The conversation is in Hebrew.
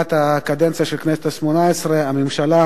מתחילת הקדנציה של הכנסת השמונה-עשרה הממשלה